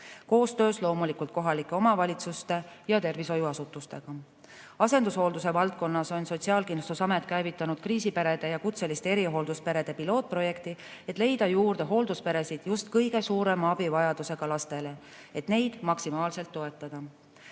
koostöös kohalike omavalitsuste ja tervishoiuasutustega. Asendushoolduse valdkonnas on Sotsiaalkindlustusamet käivitanud kriisiperede ja kutseliste erihooldusperede pilootprojekti, et leida juurde hooldusperesid just kõige suurema abivajadusega lastele, et neid maksimaalselt toetada.